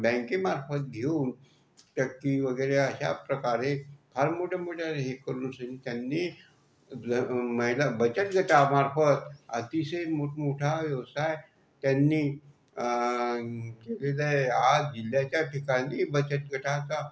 बँकेमार्फत घेऊन चक्की वगैरे अशा प्रकारे फार मोठ्यामोठ्या हे करून त्यांनी महिला बचत गटामार्फत अतिशय मोठमोठा व्यवसाय त्यांनी केलेला आहे आज जिल्ह्याच्या ठिकाणी बचत गटाचा